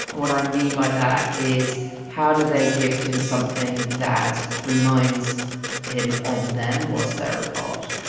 and what i mean by that is how do they gift him? something that reminds him of them. was there a part?